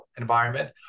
environment